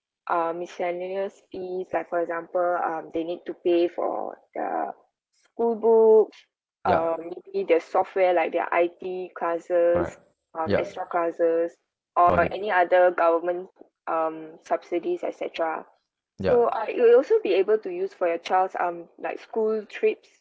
uh miscellaneous fees like for example um they need to pay for the school book um maybe the software like their I_T classes um extra classes or any other government um subsidies etcetera so uh it will also be able to used for your child's um like school trips